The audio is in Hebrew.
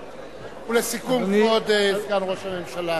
ולסיכום, כבוד סגן ראש הממשלה.